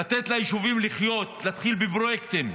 לתת ליישובים לחיות, להתחיל בפרויקטים.